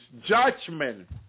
judgment